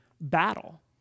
battle